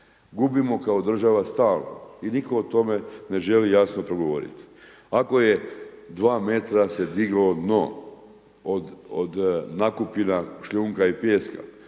Gubimo kao država stalno i nitko o tome ne želi jasno progovoriti. Ako je 2 metra se diglo dno od nakupina šljunka i pijeska,